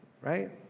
right